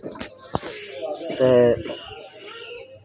ते